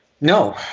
No